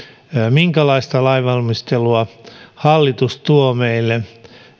minkälaista lainvalmistelua hallitus tuo meille